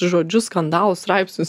žodžius skandalus straipsnius